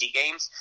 games